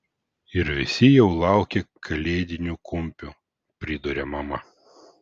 ir visi jau laukia kalėdinių kumpių priduria mama